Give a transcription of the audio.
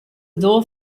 doar